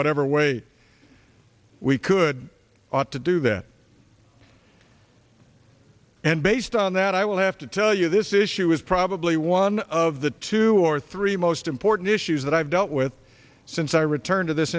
whatever way we could ought to do that and based on that i will have to tell you this issue is probably one of the two or three most important issues that i've dealt with since i return to this